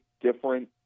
different